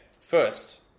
First